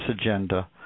agenda